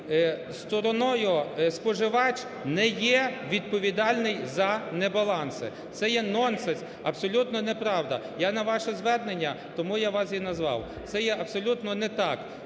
стороною, споживач не є відповідальний за небаланси. Це є нонсенс, абсолютно неправда. Я на ваше звернення, тому я вас і назвав. Це є абсолютно не так.